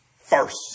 First